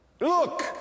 Look